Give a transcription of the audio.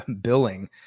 billing